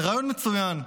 רעיון מצוין.